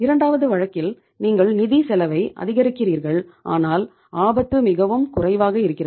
இரண்டாவது வழக்கில் நீங்கள் நிதி செலவை அதிகரிக்கிறீர்கள் ஆனால் ஆபத்து மிகவும் குறைவாக இருக்கிறது